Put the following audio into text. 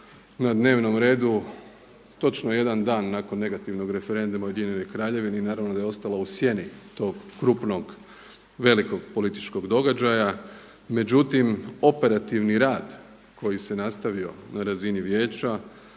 na dnevnom redu točno jedan dan nakon negativnog referenduma u Ujedinjenoj Kraljevini i naravno da je ostala u sjeni tog krupnog velikog političkog događaja. Međutim, operativni rad koji se nastavio na razini vijeća,